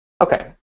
Okay